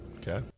Okay